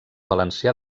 valencià